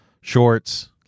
shorts